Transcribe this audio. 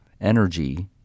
Energy